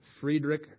Friedrich